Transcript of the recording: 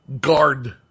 Guard